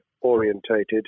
orientated